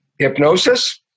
Hypnosis